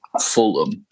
Fulham